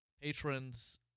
patrons